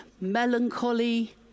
melancholy